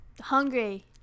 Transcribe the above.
Hungry